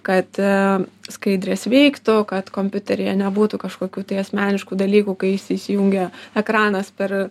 kad skaidrės veiktų kad kompiuteryje nebūtų kažkokių tai asmeniškų dalykų kai jis įsijungia ekranas per